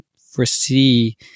foresee